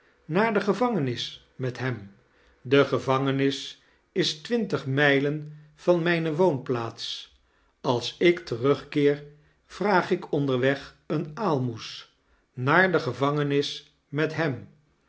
naar de gevangenis met hem de gevangenis is twintig mijlen van mijne woonplaats als ik terugkeer vraag ik onderweg een aalmoes naar de gevangenis met hem